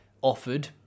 offered